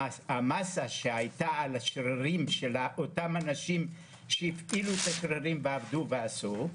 המסה שהייתה על השרירים של אותם אנשים שהפעילו את השרירים ועבדו ועשו,